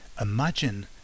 imagine